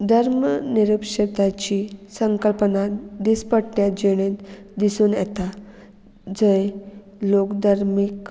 धर्म निरुपशाची संकल्पना दिसपट्ट्या जिणेंत दिसून येता जंय लोक धर्मीक